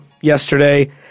yesterday